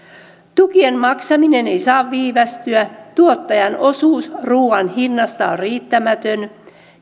tukien maksaminen ei saa viivästyä tuottajan osuus ruuan hinnasta on riittämätön